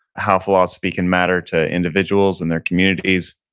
how philosophy can matter to individuals and their communities,